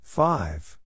Five